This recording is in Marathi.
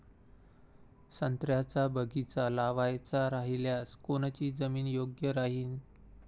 संत्र्याचा बगीचा लावायचा रायल्यास कोनची जमीन योग्य राहीन?